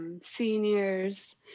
seniors